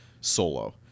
solo